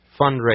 Fundraising